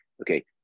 okay